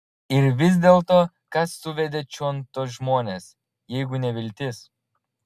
ir vis dėlto kas suvedė čion tuos žmones jeigu ne viltis